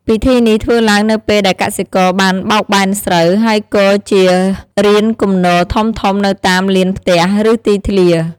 ពិធីនេះធ្វើឡើងនៅពេលដែលកសិករបានបោកបែនស្រូវ ហើយគរជារានគំនរធំៗនៅតាមលានផ្ទះ ឬទីធ្លា។